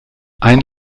ein